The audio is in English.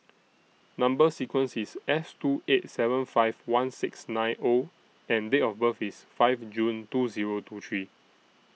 Number sequence IS S two eight seven five one six nine O and Date of birth IS five June two Zero two three